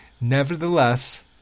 Nevertheless